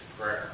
prayer